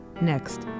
Next